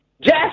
Jeff